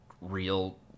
real